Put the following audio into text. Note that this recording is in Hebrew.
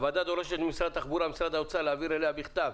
הוועדה דורשת ממשרד האוצר ומשרד התחבורה להעביר אליה בכתב